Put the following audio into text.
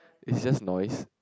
is just noise